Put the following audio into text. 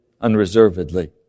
unreservedly